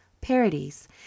parodies